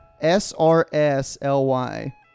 S-R-S-L-Y